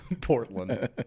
Portland